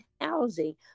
housing